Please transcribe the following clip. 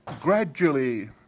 gradually